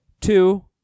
Two